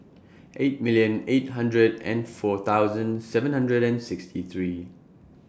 eight million eight hundred and four thousand seven hundred and sixty three